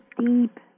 deep